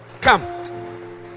Come